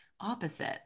Opposite